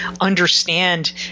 understand